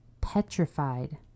petrified